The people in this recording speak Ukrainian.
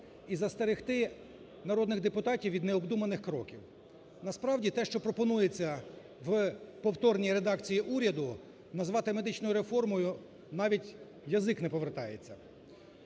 і застерегти народних депутатів від необдуманих кроків. Насправді, те, що пропонується в повторній редакції уряду, назвати медичною реформою навіть язик не повертається.